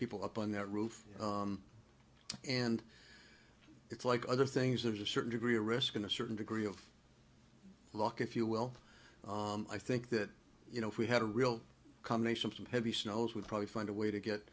people up on that roof and it's like other things there's a certain degree of risk in a certain degree of luck if you will i think that you know if we had a real combination from heavy snows would probably find a way to get